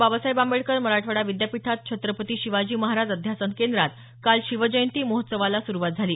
बाबासाहेब आंबेडकर मराठवाडा विद्यापीठात छत्रपती शिवाजी महाराज अध्यासन केंद्रात काल शिवजयंती महोत्सवाला सुरूवात झाली